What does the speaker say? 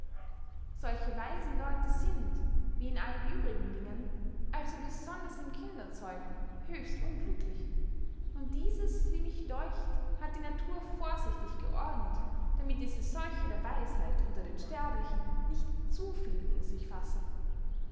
solche weisen leute sind wie in allen übrigen dingen also besonders im kinderzeugen höchst unglücklich und dieses wie mich deucht hat die natur vorsichtig geordnet damit diese seuche der weisheit unter den sterblichen nicht zu viel um sich fasse